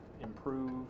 improve